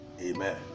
Amen